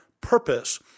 purpose